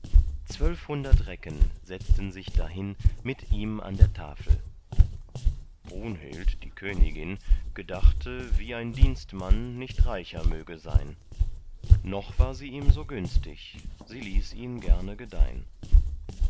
zwölfhundert recken setzten sich dahin mit ihm an der tafel brunhild die königin gedachte wie ein dienstmann nicht reicher möge sein noch war sie ihm so günstig sie ließ ihn gerne gedeihn